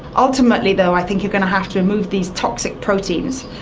ultimately though i think you're going to have to remove these toxic proteins.